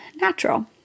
natural